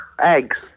Eggs